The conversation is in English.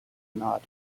nod